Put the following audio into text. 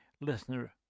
listener